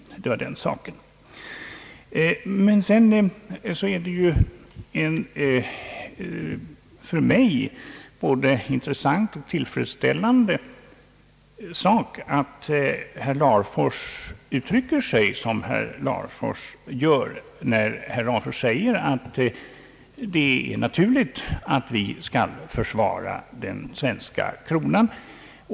En för mig både intressant och tillfredsställande sak är, att herr Larfors uttrycker sig som han gör, när han säger, att det är naturligt, att vi skall försvara den svenska kronan.